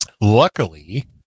Luckily